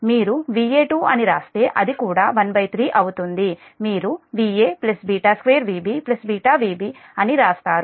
మీరు Va2 అని వ్రాస్తే అది కూడా 13అవుతుంది మీరుVa β2 Vb β Vb అని వ్రాస్తారు